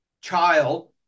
child